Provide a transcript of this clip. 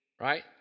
right